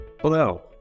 Hello